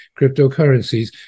cryptocurrencies